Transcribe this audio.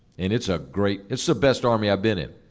and it's a great, it's the best army i've been in,